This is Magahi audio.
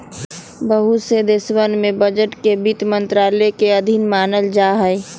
बहुत से देशवन के बजट के वित्त मन्त्रालय के अधीन मानल जाहई